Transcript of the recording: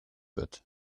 wird